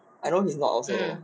I know he's not also